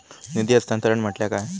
निधी हस्तांतरण म्हटल्या काय?